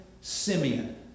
Simeon